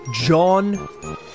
John